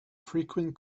frequent